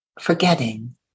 forgetting